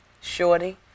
Shorty